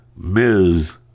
Ms